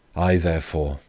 i, therefore,